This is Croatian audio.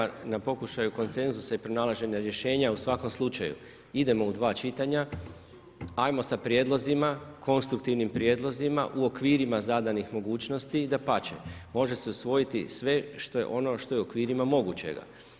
Hvala lijepa na pokušaju konsenzusa i pronalaženju rješenja u svakom slučaju, idemo u dva čitanja, ajmo sa prijedlozima, konstruktivnim prijedlozima, u okvirima zadanih mogućnosti i dapače, može se usvojiti sve ono što je u okvirima mogućega.